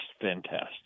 fantastic